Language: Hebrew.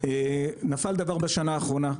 נפל דבר בשנה האחרונה,